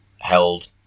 held